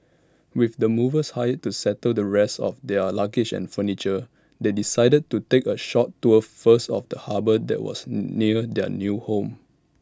with the movers hired to settle the rest of their luggage and furniture they decided to take A short tour first of the harbour that was near their new home